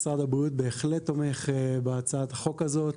משרד הבריאות בהחלט תומך בהצעת החוק הזאת.